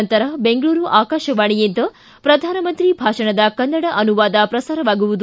ನಂತರ ಬೆಂಗಳೂರು ಆಕಾಶವಾಣಿಯಿಂದ ಪ್ರಧಾನಮಂತ್ರಿ ಭಾಷಣದ ಕನ್ನಡ ಅನುವಾದ ಪ್ರಸಾರವಾಗುವುದು